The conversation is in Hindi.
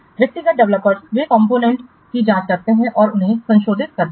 व्यक्तिगत डेवलपर्स वे कॉम्पोनेंटस की जांच करते हैं और उन्हें संशोधित करते हैं